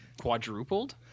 quadrupled